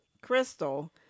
Crystal